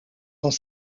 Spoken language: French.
dans